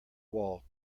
wall